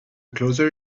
closer